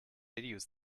videos